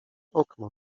okno